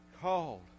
called